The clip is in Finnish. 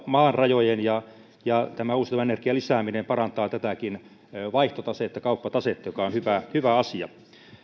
maan rajojen ulkopuolelta ja uusiutuvan energian lisääminen parantaa tätäkin vaihtotasetta kauppatasetta joka on hyvä hyvä asia